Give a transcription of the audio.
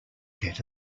get